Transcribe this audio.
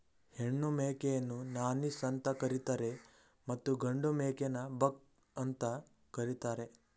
ಹೆಣ್ಣು ಮೇಕೆಯನ್ನು ನಾನೀಸ್ ಅಂತ ಕರಿತರೆ ಮತ್ತು ಗಂಡು ಮೇಕೆನ ಬಕ್ ಅಂತ ಕರಿತಾರೆ